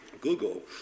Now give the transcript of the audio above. Google